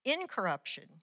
incorruption